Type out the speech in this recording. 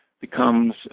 becomes